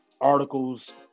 articles